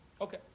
Okay